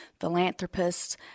Philanthropists